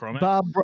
bob